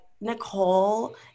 Nicole